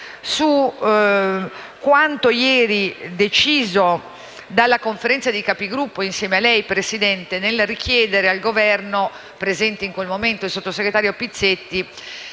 su quanto deciso ieri dalla Conferenza dei Capigruppo, insieme a lei, Presidente, nel richiedere al Governo (presente in quel momento il sottosegretario Pizzetti)